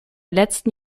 letzten